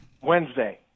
Wednesday